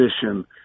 position